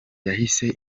yahise